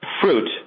fruit